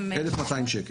1,200 שקלים.